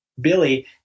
Billy